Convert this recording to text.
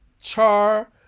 char